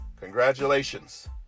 Congratulations